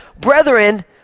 Brethren